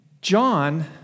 John